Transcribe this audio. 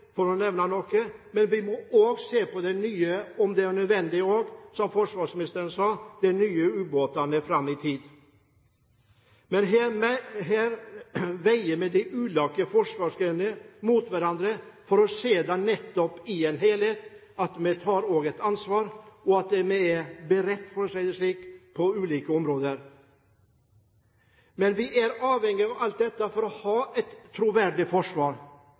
nye ubåter fram i tid. Men her veier vi de ulike forsvarsgrenene mot hverandre for nettopp å se dem i en helhet, slik at vi også tar et ansvar og er beredt, for å si det slik, på ulike områder. Vi er avhengig av alt dette for å ha et troverdig forsvar.